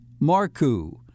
Marku